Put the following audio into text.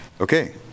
Okay